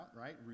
right